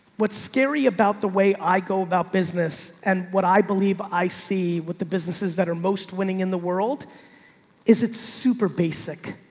what's scary about the way i go about business and what i believe, i see what the businesses that are most winning in the world is. it's super basic.